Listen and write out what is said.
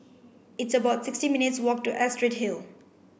it's about sixty minutes' walk to Astrid Hill